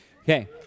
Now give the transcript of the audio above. Okay